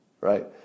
right